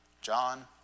John